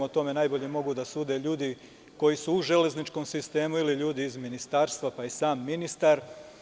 O tome najbolje mogu da sude ljudi koji su u železničkom sistemu ili ljudi iz Ministarstva, pa i sam ministar.